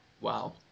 Wow